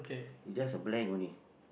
just blank only